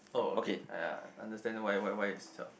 oh okay yeah I understand why why why it is twelve